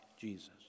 Jesus